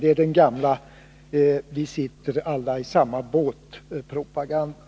Det är den gamla ”vi sitter i samma båt”-propagandan.